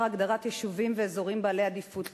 הגדרת יישובים ואזורים בעלי עדיפות לאומית.